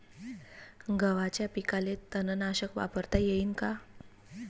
गव्हाच्या पिकाले तननाशक वापरता येईन का?